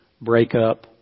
breakup